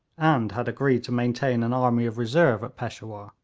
and had agreed to maintain an army of reserve at peshawur.